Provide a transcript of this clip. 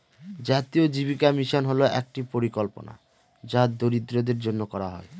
জাতীয় জীবিকা মিশন হল একটি পরিকল্পনা যা দরিদ্রদের জন্য করা হয়